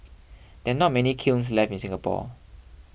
there are not many kilns left in Singapore